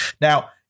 Now